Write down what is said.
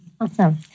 Awesome